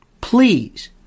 please